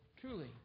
truly